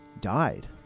died